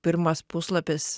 pirmas puslapis